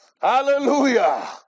Hallelujah